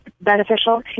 beneficial